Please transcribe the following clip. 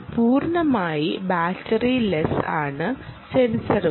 പൂർണ്ണമായി ബാറ്ററി ലെസ്സാണ് സെൻസറുകൾ